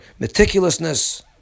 meticulousness